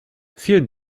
vielen